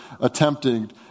attempting